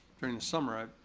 during the summer.